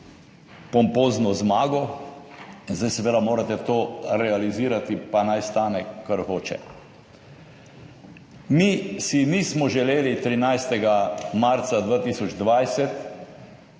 pompozno zmago in zdaj seveda morate to realizirati, pa naj stane, kar hoče. Mi si nismo želeli 13. marca 2020,